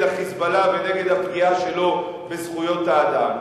ה"חיזבאללה" ונגד הפגיעה שלו בזכויות האדם.